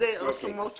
הרשומות שמתפרסמות.